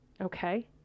okay